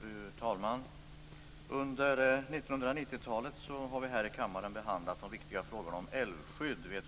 Fru talman! Under 1990-talet har vi här i kammaren vid ett flertal tillfällen behandlat de viktiga frågorna om älvskydd.